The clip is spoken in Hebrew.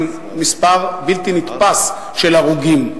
עם מספר בלתי נתפס של הרוגים,